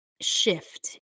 shift